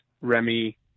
Remy